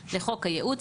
(6) לחוק הייעוץ,